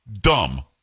Dumb